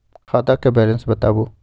खाता के बैलेंस बताबू?